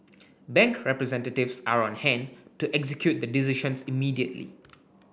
bank representatives are on hand to execute the decisions immediately